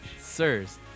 Sirs